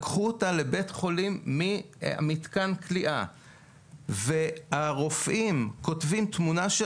לקחו אותה לבית החולים ממתקן הכליאה והרופאים כותבים תמונה של